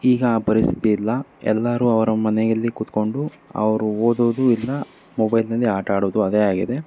ಈಗ ಆ ಪರಿಸ್ಥಿತಿ ಇಲ್ಲ ಎಲ್ಲರೂ ಅವರ ಮನೆಯಲ್ಲಿ ಕುತ್ಕೊಂಡು ಅವರು ಓದೋದು ಇಲ್ಲ ಮೊಬೈಲ್ನಲ್ಲಿ ಆಟ ಆಡೋದು ಅದೇ ಆಗಿದೆ